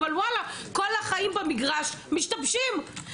אבל כל החיים במגרש משתבשים.